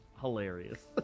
hilarious